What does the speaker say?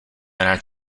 rád